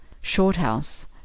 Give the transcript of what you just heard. Shorthouse